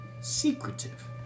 secretive